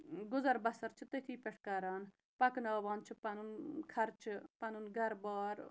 گُزَر بَسَر چھِ تٔتھی پٮ۪ٹھ کَران پَکناوان چھِ پَنُن خرچہٕ پَنُن گَرٕ بار